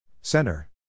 Center